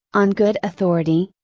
on good authority,